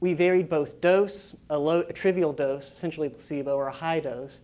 we varied both dose, a low trivial dose, essentially a placebo, or a high dose.